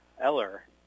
Eller